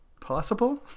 possible